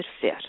fit